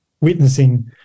witnessing